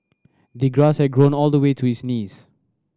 the grass had grown all the way to his knees